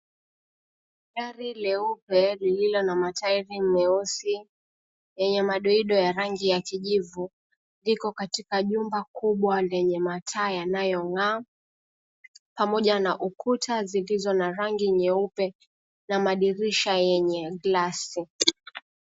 Gari leupe, lililo na matairi meusi yenye madoido ya rangi ya kijivu, liko katika jumba kubwa lenye mataa yanayong'aa, pamoja na ukuta zilizo na rangi nyeupe na madirisha yenye glasi.